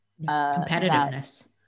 competitiveness